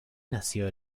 nació